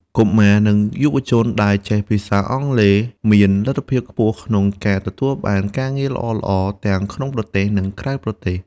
កុមារ និងយុវជនដែលចេះភាសាអង់គ្លេសមានលទ្ធភាពខ្ពស់ក្នុងការទទួលបានការងារល្អៗ ទាំងក្នុងប្រទេស និងក្រៅប្រទេស។